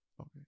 okay